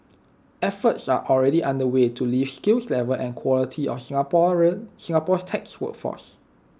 efforts are already underway to lift the skill level and quality of Singaporean Singapore's tech workforce